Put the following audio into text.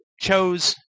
chose